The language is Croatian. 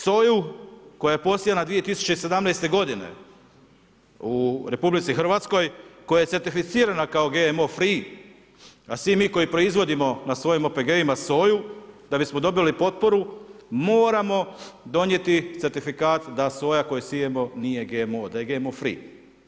Soju koja je posijana 2017.g. u RH, koja je certificirana kao GMO free, a svi mi koji proizvodimo na svojim OPG soju, da bismo dobili potporu, moramo donijeti certifikat, da soju koju sijemo nije GMO, da je GMO free.